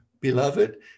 beloved